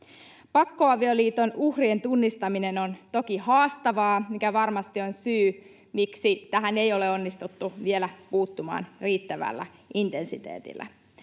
Pakkoavioliiton uhrien tunnistaminen on toki haastavaa, mikä varmasti on syy, miksi tähän ei ole onnistuttu vielä puuttumaan riittävällä intensiteetillä.